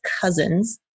cousins